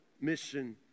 mission